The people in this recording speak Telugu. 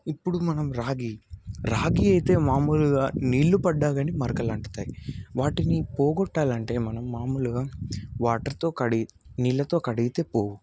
ఇప్పుడు మనం రాగి రాగి అయితే మామూలుగా నీళ్ళు పడ్డా కానీ మరకలు అంటుతాయి వాటిని పోగొట్టాలంటే మనం మామూలుగా వాటర్తో కడిగి నీళ్ళతో కడిగితేపోవు